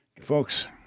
Folks